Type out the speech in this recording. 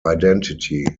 identity